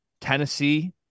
Tennessee